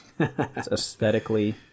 Aesthetically